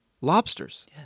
lobsters